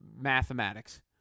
mathematics